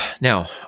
Now